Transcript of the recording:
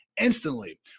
Instantly